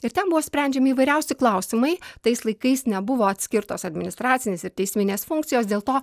ir ten buvo sprendžiami įvairiausi klausimai tais laikais nebuvo atskirtos administracinės ir teisminės funkcijos dėl to